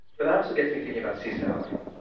but that also gets me thinking about seasonality.